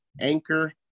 Anchor